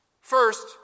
First